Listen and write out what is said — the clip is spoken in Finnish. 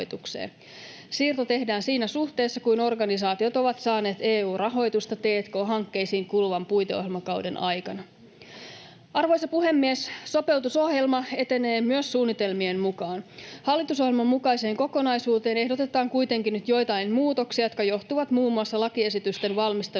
Siirto tehdään siinä suhteessa kuin organisaatiot ovat saaneet EU-rahoitusta t&k-hankkeisiin kuluvan puiteohjelmakauden aikana. Arvoisa puhemies! Sopeutusohjelma etenee myös suunnitelmien mukaan. Hallitusohjelman mukaiseen kokonaisuuteen ehdotetaan kuitenkin nyt joitain muutoksia, jotka johtuvat muun muassa lakiesitysten valmisteluaikataulun